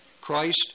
Christ